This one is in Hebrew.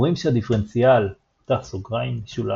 אומרים שהדיפרנציאל ( Δ x ,